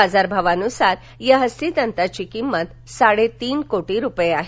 बाजारभावानुसार या हस्तीदंताची किंमत साडेतीन कोटी रुपये आहे